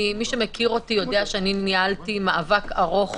מי שמכיר אותי יודע שניהלתי מאבק ארוך